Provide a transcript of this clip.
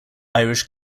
irish